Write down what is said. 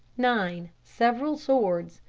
nine. several swords.